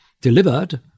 delivered